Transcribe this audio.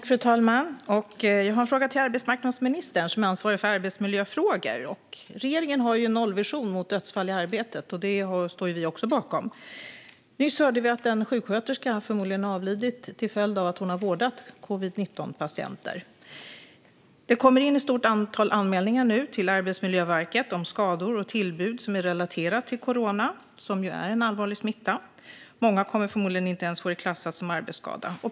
Fru talman! Jag har en fråga till arbetsmarknadsministern, som är ansvarig för arbetsmiljöfrågor. Regeringen har en nollvision för dödsfall i arbetet, och den står vi också bakom. Nyligen hörde vi att en sjuksköterska förmodligen avlidit till följd av att hon vårdat covid-19-patienter. Det kommer nu in ett stort antal anmälningar till Arbetsmiljöverket om skador och tillbud relaterade till corona, som ju är en allvarlig smitta. Många kommer förmodligen inte ens att få det klassat som arbetsskada.